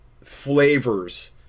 flavors